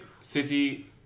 City